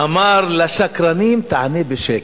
אמר: לשקרנים תענה בשקר,